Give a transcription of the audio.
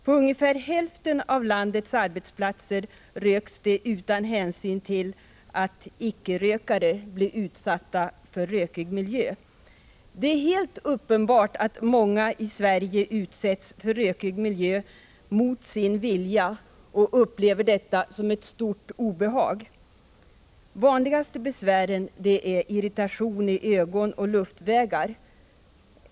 På ungefär hälften av landets arbetsplatser röks det utan hänsyn till att icke-rökare blir utsatta för rökig miljö. Det är helt uppenbart att många i Sverige utsätts för rökig miljö mot sin vilja och har stort obehag av detta. Vanligaste besvär är irritation i ögon och luftvägar.